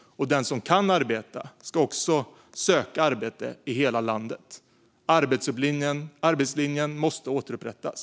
Och den som kan arbeta ska söka arbete i hela landet. Arbetslinjen måste återupprättas.